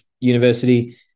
university